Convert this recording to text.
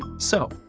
so,